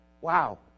wow